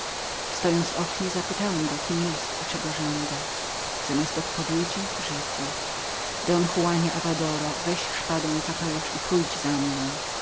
z okna zapytałem go kim był i czego żądał zamiast odpowiedzi rzekł don juanie avadoro weź szpadę i kapelusz i pójdź za mną